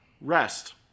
rest